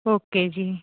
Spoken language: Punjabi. ਓਕੇ ਜੀ